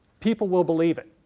people will believe it.